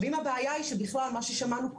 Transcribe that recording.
אם הבעיה היא שבכלל, מה ששמענו קודם,